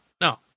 no